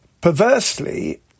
perversely